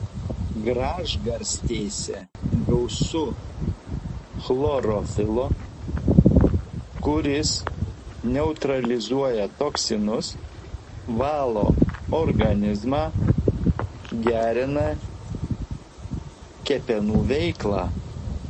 gražgarstėse gausu chlorofilo kuris neutralizuoja toksinus valo organizmą gerina kepenų veiklą